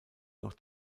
noch